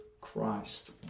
Christ